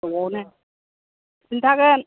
ज'नो खिन्थागोन